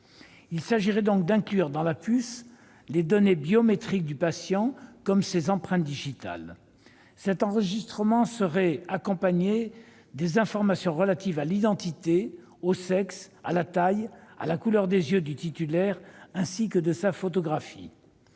termes, on inclurait dans la puce les données biométriques du patient, comme ses empreintes digitales. Cet enregistrement serait accompagné des informations relatives à l'identité, au sexe, à la taille et à la couleur des yeux du titulaire, ainsi que de sa photographie.